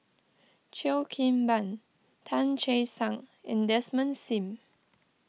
Cheo Kim Ban Tan Che Sang and Desmond Sim